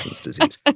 disease